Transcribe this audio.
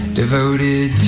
devoted